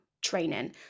training